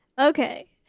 Okay